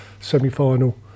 semi-final